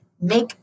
make